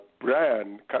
Brian